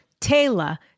Taylor